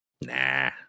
Nah